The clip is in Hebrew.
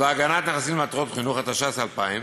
והגנת נכסים למטרות חינוך), התש"ס 2000,